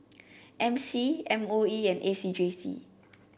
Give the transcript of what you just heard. M C M O E and A C J C